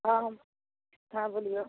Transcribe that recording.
हाँ हम हाँ बोलिऔ